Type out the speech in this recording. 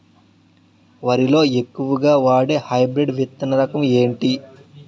వరి లో ఎక్కువుగా వాడే హైబ్రిడ్ విత్తన రకం ఏంటి?